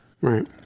right